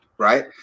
right